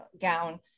gown